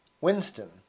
Winston